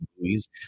movies